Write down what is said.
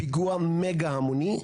פיגוע מגה המוני,